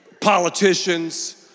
politicians